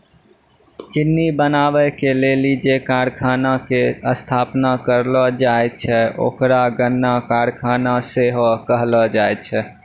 चिन्नी बनाबै के लेली जे कारखाना के स्थापना करलो जाय छै ओकरा गन्ना कारखाना सेहो कहलो जाय छै